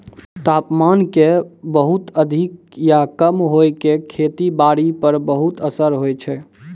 तापमान के बहुत अधिक या कम होय के खेती बारी पर बहुत असर होय छै